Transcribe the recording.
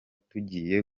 tugiye